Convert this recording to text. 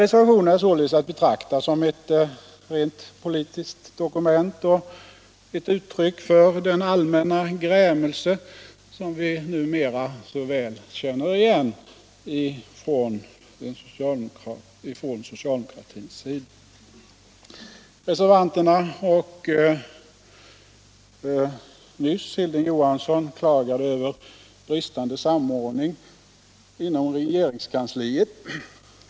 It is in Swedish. Reservationen är således att betrakta som ett rent politiskt dokument och ett uttryck för den allmänna grämelse inom socialdemokratin som vi numera så väl känner igen. Reservanterna klagar, liksom Hilding Johansson gjorde nyss, över bristande samordning inom regeringskansliet.